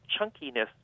chunkiness